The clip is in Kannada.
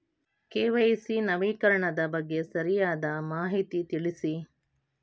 ಕೆ.ವೈ.ಸಿ ನವೀಕರಣದ ಬಗ್ಗೆ ಸರಿಯಾದ ಮಾಹಿತಿ ತಿಳಿಸಿ?